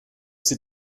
sie